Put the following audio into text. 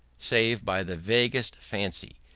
save by the vaguest fancy,